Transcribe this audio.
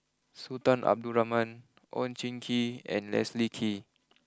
Sultan Abdul Rahman Oon Jin Gee and Leslie Kee